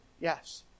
Yes